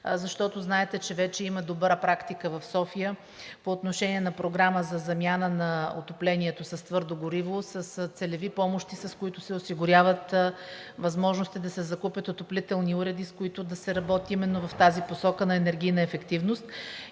защото знаете, че вече има добра практика в София по отношение на програма за замяна на отоплението с твърдо гориво с целеви помощи, с които се осигуряват възможности да се закупят отоплителни уреди, с които да се работи именно в тази посока на енергийна ефективност.